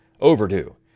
overdue